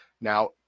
Now